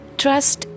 trust